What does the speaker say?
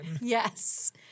Yes